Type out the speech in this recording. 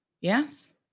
Yes